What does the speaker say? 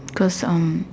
croissant